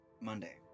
Monday